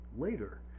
later